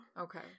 Okay